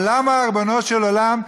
אבל למה, ריבונו של עולם,